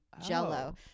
jello